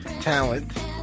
talent